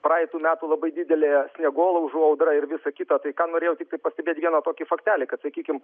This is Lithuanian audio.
praeitų metų labai didelė sniegolaužų audra ir visa kita tai ką norėjau tiktai pastebėt vieną tokį faktelį kad sakykim